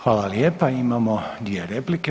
Hvala lijepa, imamo dvije replike.